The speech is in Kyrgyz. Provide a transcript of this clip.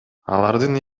алардын